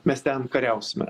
mes ten kariausime